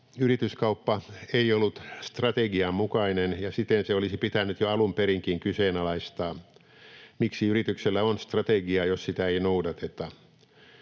Yrityskauppa ei ollut strategian mukainen, ja siten se olisi pitänyt jo alun perinkin kyseenalaistaa. Miksi yrityksellä on strategia, jos sitä ei noudateta?